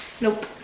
Nope